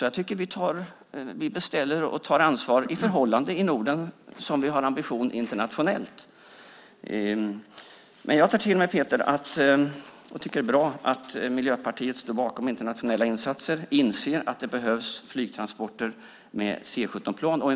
Jag tycker att vi i Norden beställer och tar ansvar i förhållande till den ambition vi har internationellt. Jag tar till mig detta, Peter. Jag tycker att det är bra att Miljöpartiet står bakom internationella insatser och inser att det behövs flygtransporter med C 17-plan.